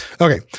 Okay